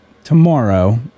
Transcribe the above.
tomorrow